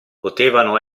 potevano